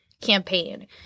campaign